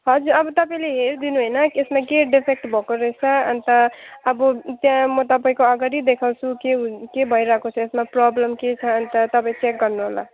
हजुर अब तपाईँले हेरिदिनु होइन यसमा के डिफेक्ट भएको रहेछ अनि त अब त्यहाँ म तपाईँको अगाडि देखाउँछु के के भइरहेको छ यसमा प्रब्लम के छ अनि त तपाईँ चेक गर्नुहोला